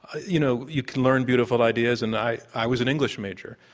you know, you can learn beautiful ideas. and i i was an english major,